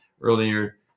earlier